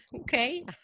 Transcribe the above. Okay